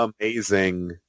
amazing